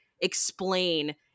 explain